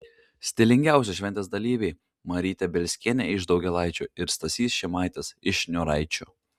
stilingiausi šventės dalyviai marytė bielskienė iš daugėlaičių ir stasys šimaitis iš šniūraičių